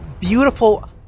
beautiful